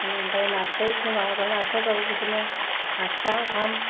बिदिनो आमफ्राय माबाफ्रा नास्रायफ्राबो बिदिनो नों आसिथाखा गाहाम